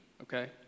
okay